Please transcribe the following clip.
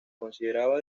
consideraba